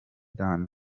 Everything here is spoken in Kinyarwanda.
than